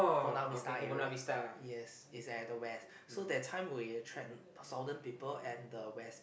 Buona-Vista area yes is at the west so that time we attract southern people and the west